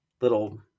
little